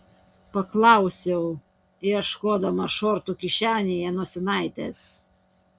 paklausiau ieškodama šortų kišenėje nosinaitės